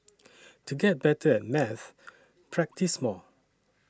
to get better at maths practise more